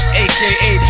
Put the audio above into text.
aka